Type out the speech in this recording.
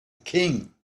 king